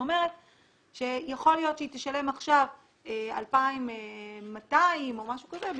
יכול להיות שהיא תשלם עכשיו 2,200 או משהו כזה,